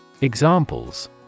Examples